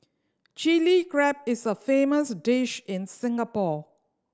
Chilli Crab is a famous dish in Singapore